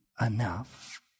enough